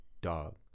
Dog